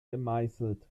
gemeißelt